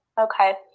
Okay